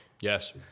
Yes